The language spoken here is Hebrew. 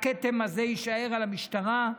הכתם הזה יישאר על המשטרה,